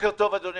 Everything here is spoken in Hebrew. בוקר טוב, אדוני.